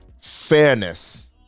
fairness